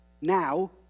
now